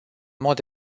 mod